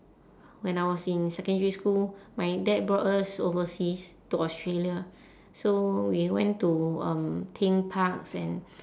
when I was in secondary school my dad brought us overseas to australia so we went to um theme parks and